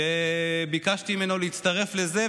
שביקשתי ממנו להצטרף לזה,